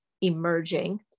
emerging